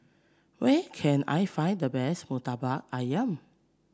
where can I find the best murtabak ayam